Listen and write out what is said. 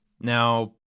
Now